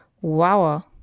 Wow